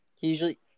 Usually